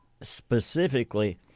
Specifically